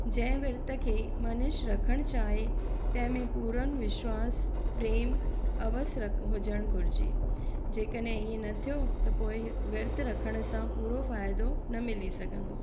जंहिं विर्त खे मनीष रखणु चाहे तंहिं में पूरनि विश्वासु प्रेमु अवसि हुजनि घुरिजे जेकॾहिं हीअं न थियो त पोइ विर्त रखण सां पूरो फ़ाइदो न मिली सघंदो